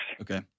Okay